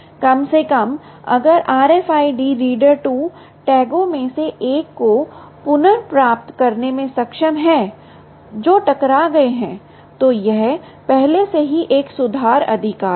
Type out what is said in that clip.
कम से कम अगर RFID रीडर 2 टैगों में से एक को पुनर्प्राप्त करने में सक्षम है जो टकरा गए हैं तो यह पहले से ही एक सुधार अधिकार है